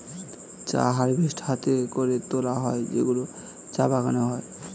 চা হারভেস্ট হাতে করে তোলা হয় যেগুলো চা বাগানে হয়